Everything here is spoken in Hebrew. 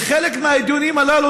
וחלק מהדיונים הללו,